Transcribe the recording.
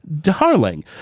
Darling